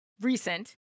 recent